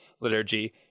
liturgy